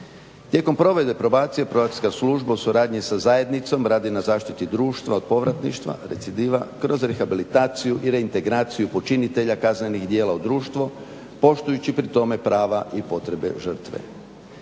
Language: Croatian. Tijekom provedbe probacije … služba u suradnji sa zajednicom radi na zaštiti društva od povratništva … kroz rehabilitaciju i reintegraciju počinitelja kaznenih djela u društvo, poštujući pri tome prava i potrebe žrtve.